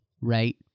right